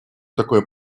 такое